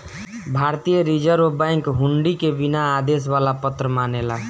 भारतीय Reserve Bank हुंडी के बिना आदेश वाला पत्र मानेला